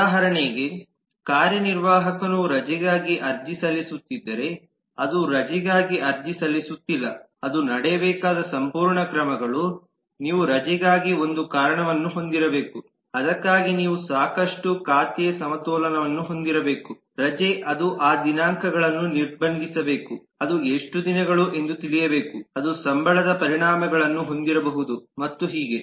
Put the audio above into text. ಉದಾಹರಣೆಗೆ ಕಾರ್ಯನಿರ್ವಾಹಕನು ರಜೆಗಾಗಿ ಅರ್ಜಿ ಸಲ್ಲಿಸುತ್ತಿದ್ದರೆ ಅದು ರಜೆಗಾಗಿ ಅರ್ಜಿ ಸಲ್ಲಿಸುತ್ತಿಲ್ಲ ಅದು ನಡೆಯಬೇಕಾದ ಸಂಪೂರ್ಣ ಕ್ರಮಗಳು ನೀವು ರಜೆಗಾಗಿ ಒಂದು ಕಾರಣವನ್ನು ಹೊಂದಿರಬೇಕು ಅದಕ್ಕಾಗಿ ನೀವು ಸಾಕಷ್ಟು ಖಾತೆ ಸಮತೋಲನವನ್ನು ಹೊಂದಿರಬೇಕು ರಜೆ ಅದು ಆ ದಿನಾಂಕಗಳನ್ನು ನಿರ್ಬಂಧಿಸಬೇಕು ಅದು ಎಷ್ಟು ದಿನಗಳು ಎಂದು ತಿಳಿಯಬೇಕು ಅದು ಸಂಬಳದ ಪರಿಣಾಮಗಳನ್ನು ಹೊಂದಿರಬಹುದು ಮತ್ತು ಹೀಗೆ